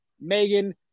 megan